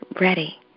ready